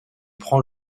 prend